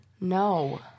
No